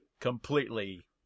completely